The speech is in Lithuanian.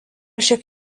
šiek